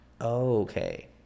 Okay